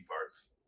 parts